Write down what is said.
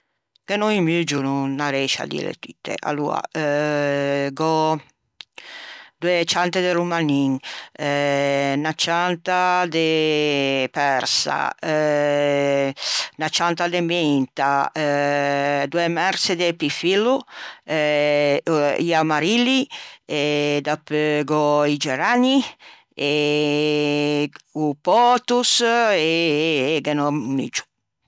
Ghe n'ò un muggio no arriëscio à dî tutte, aloa: gh'ò doe ciante de romanin, unna cianta de persa, unna cianta de menta, doe merse de epifillo, i amarilli e dapeu gh'ò i geranni e o potos e ghe n'ò un muggio.